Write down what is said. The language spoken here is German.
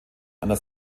einer